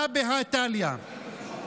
הא בהא תליא.